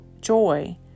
joy